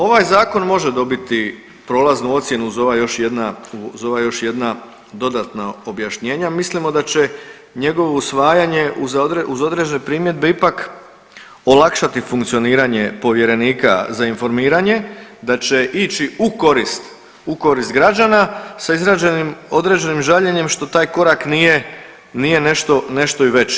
Ovaj zakon može dobiti prolaznu ocjenu uz ova još jedna dodatna objašnjenja, a mislimo da će njegovo usvajanje uz određene primjedbe ipak olakšati funkcioniranje povjerenika za informiranje, da će ići u korist građana sa izraženim određenim žaljenjem što taj korak nije nešto i veći.